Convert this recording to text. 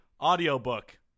audiobook